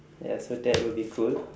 ya so that will be cool